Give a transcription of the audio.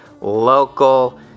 Local